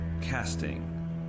Casting